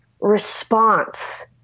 response